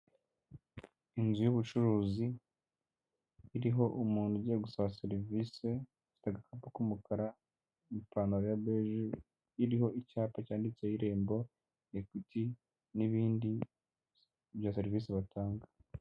Inzu y'ubucuruzi iriho umuntu ugiye gusaba serivisi, ufite agakapu k'umukara n'ipantaro ya beje, iriho icyapa cyanditseho irembo, ekwiti n'ibindi bya serivisi batanga.